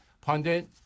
pundit